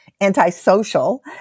antisocial